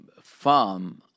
farm